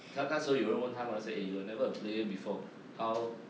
他那时候有人问他吗 eh you were never a player before how